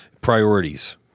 Priorities